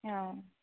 অঁ